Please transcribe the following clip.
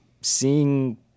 seeing